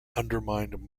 undermined